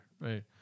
Right